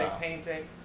Painting